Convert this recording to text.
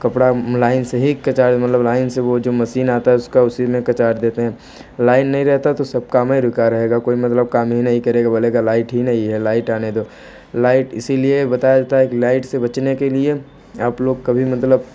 कपड़ा लाइन से ही कचार मतलब लाइन से वह जो मशीन आता है उसका उसी में कचार देते हैं लाइन नहीं रहता तो सब काम ही रुका रहेगा कोई मतलब काम ही नहीं करेगा बोलेगा लाइट ही नहीं है लाइट आने दो लाइट इसीलिए बता देता है लाइट से बचने के लिए आप लोग कभी मतलब